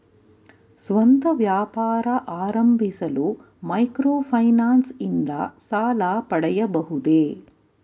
ಸ್ವಂತ ವ್ಯಾಪಾರ ಆರಂಭಿಸಲು ಮೈಕ್ರೋ ಫೈನಾನ್ಸ್ ಇಂದ ಸಾಲ ಪಡೆಯಬಹುದೇ?